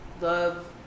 love